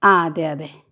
ആ അതെ അതെ